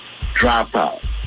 dropout